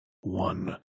one